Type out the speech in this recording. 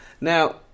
Now